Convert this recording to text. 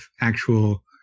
actual